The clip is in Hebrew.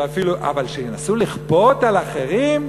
אבל שינסו לכפות על אחרים?